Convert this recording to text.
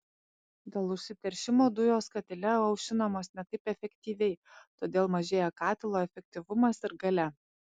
dėl užsiteršimo dujos katile aušinamos ne taip efektyviai todėl mažėja katilo efektyvumas ir galia